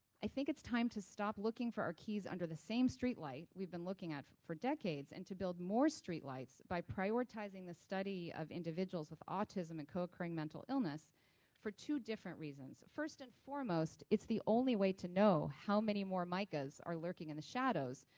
i think it's time to stop looking for our keys under the same streetlight we've been looking at for decades and to build more streetlights by prioritizing the study of individuals with autism and co-occurring mental illness for two different reasons. first and foremost, it's the only way to know how many more micas are lurking in the shadows,